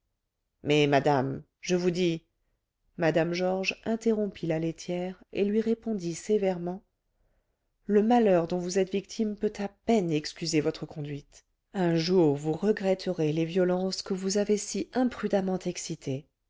mais madame je vous dis mme georges interrompit la laitière et lui répondit sévèrement le malheur dont vous êtes victime peut à peine excuser votre conduite un jour vous regretterez les violences que vous avez si imprudemment excitées